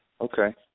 Okay